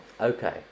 Okay